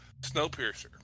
Snowpiercer